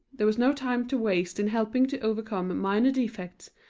there was no time to waste in helping to overcome minor defects,